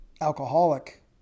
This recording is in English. alcoholic